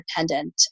independent